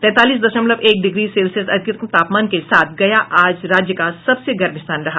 तैंतालीस दशमलव एक डिग्री सेल्सियस अधिकतम तापमान के साथ गया आज राज्य का सबसे गर्म स्थान रहा